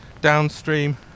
downstream